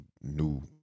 new